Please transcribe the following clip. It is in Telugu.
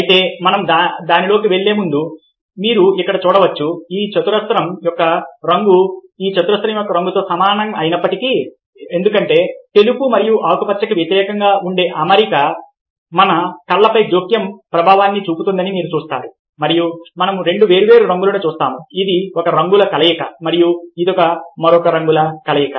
అయితే మనం దానిలోకి వెళ్ళే ముందు ఇక్కడ మీరు చూడవచ్చు ఈ చతురస్రం యొక్క రంగు ఈ చతురస్రం యొక్క రంగుతో సమానంగా ఉన్నప్పటికీ ఎందుకంటే తెలుపు మరియు ఆకుపచ్చకి వ్యతిరేకంగా ఉండే అమరిక మన కళ్లపై జోక్యం ప్రభావాన్ని చూపుతుందని మీరు చూస్తారు మరియు మనం రెండు వేర్వేరు రంగులను చూస్తాము ఇది ఒక రంగుల కలయిక మరియు ఇది మరొక రంగుల కలయిక